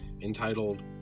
entitled